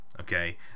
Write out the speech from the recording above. Okay